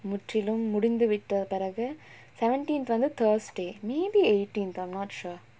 முற்றிலும் முடிந்து விட்ட பிறகு:mutrilum mudinthu vitta piragu seventeenth வந்து:vanthu thursday maybe eighteenth I'm not sure